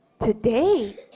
Today